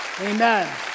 Amen